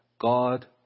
God